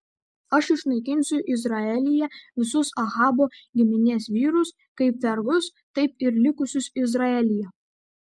aš išnaikinsiu izraelyje visus ahabo giminės vyrus kaip vergus taip ir likusius izraelyje